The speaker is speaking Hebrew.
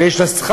הרי יש לה שכר.